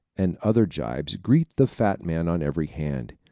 and other jibes greet the fat man on every hand.